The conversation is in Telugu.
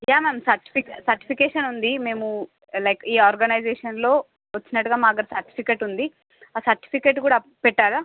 యా మ్యామ్ సర్టీఫి సర్టిఫికేషన్ ఉంది మేము లైక్ ఈ ఆర్గనైజేషన్లో వచ్చినట్టుగా మాకు సర్టిఫికేట్ ఉంది ఆ సర్టిఫికేట్ కూడా పెట్టాలా